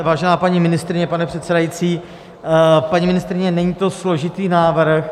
Vážená paní ministryně, pane předsedající, paní ministryně, není to složitý návrh...